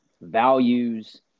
values